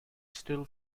still